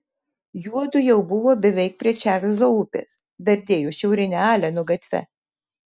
juodu jau buvo beveik prie čarlzo upės dardėjo šiaurine aleno gatve